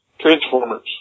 Transformers